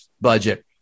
budget